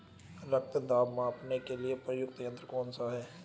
रक्त दाब मापने के लिए प्रयुक्त यंत्र कौन सा है?